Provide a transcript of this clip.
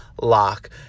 lock